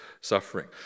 suffering